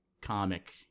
comic